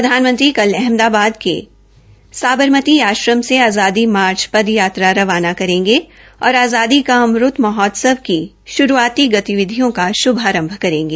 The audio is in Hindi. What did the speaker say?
प्रधानमंत्री कल अहमदाबाद में साबरमती आश्रम से पदयात्रा को रवाना करेंगे और आज़ादी के अमरूत महोत्सव की श्रूआाती गतिविधियों का श्भारंभ करेंगे